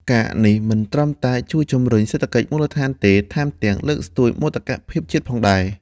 ការណ៍នេះមិនត្រឹមតែជួយជំរុញសេដ្ឋកិច្ចមូលដ្ឋានទេ ថែមទាំងលើកស្ទួយមោទកភាពជាតិផងដែរ។